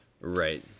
Right